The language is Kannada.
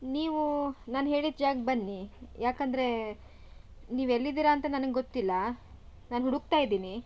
ನೀವು ನಾನು ಹೇಳಿದ ಜಾಗಕ್ಕೆ ಬನ್ನಿ ಯಾಕೆಂದ್ರೆ ನೀವೆಲ್ಲಿದ್ದೀರ ಅಂತ ನನಗೆ ಗೊತ್ತಿಲ್ಲ ನಾನು ಹುಡುಕ್ತಾಯಿದ್ದೀನಿ